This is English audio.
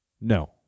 No